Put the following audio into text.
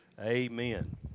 Amen